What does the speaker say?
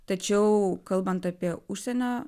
tačiau kalbant apie užsienio